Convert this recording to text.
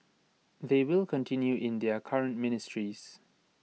they will continue in their current ministries